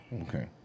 Okay